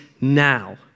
now